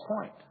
point